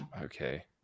Okay